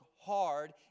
hard